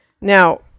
Now